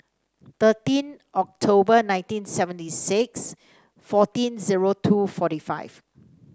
thirteen October nineteen seventy six sixteen zero two forty five